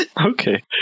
Okay